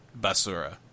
basura